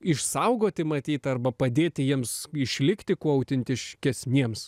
išsaugoti matyt arba padėti jiems išlikti kuo autentiškesniems